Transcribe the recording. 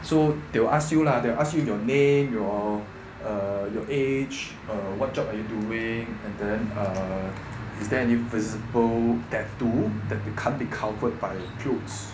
so they will ask you lah they ask you your name your uh your age uh what job are you doing and then err is there any visible tattoo that can't be covered by clothes